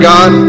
God